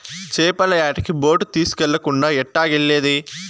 చేపల యాటకి బోటు తీస్కెళ్ళకుండా ఎట్టాగెల్లేది